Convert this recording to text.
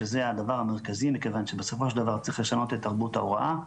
שזה הדבר המרכזי מכיוון שבסופו של דבר צריך לשנות את תרבות ההוראה.